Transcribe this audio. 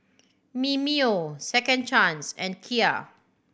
Mimeo Second Chance and Kia